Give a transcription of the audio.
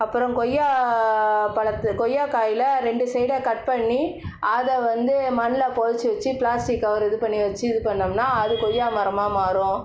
அப்புறம் கொய்யாப்பழத்து கொய்யாக்காயில் ரெண்டு சைடாக கட் பண்ணி அதை வந்து மண்ணில் பொதைச்சு வைச்சு ப்ளாஸ்டிக் கவரை இது பண்ணி வைச்சு இது பண்ணோம்னால் அது கொய்யா மரமாக மாறும்